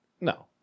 No